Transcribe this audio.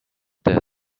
der